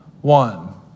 one